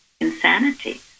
insanity